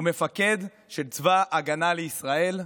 הוא מפקד של צבא ההגנה לישראל.